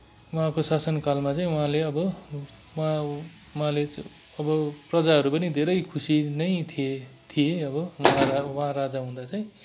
उहाँको शासनकालमा चाहिँ उहाँले अब उहाँ उहाँले अब प्रजाहरू पनि धेरै खुशी नै थिए थिए अब उहाँ उहाँ राजा हुँदा चाहिँ